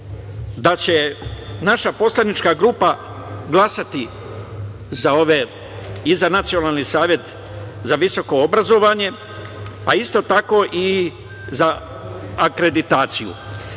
da će naša poslanička grupa glasati za ove i za Nacionalni savet za visoko obrazovanje, a isto tako i za akreditaciju.